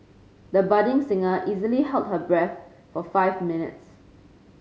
the budding singer easily held her breath for five minutes